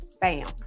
Bam